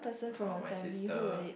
or my sister